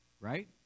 right